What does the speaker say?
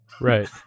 Right